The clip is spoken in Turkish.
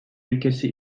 ülkesi